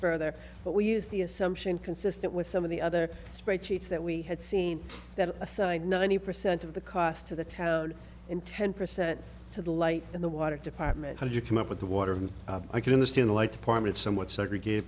further but we use the assumption consistent with some of the other spreadsheets that we had seen that aside ninety percent of the cost to the town in ten percent to the light in the water department how did you come up with the water i could understand like department somewhat segregate